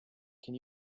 can